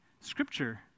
scripture